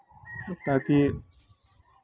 ताकि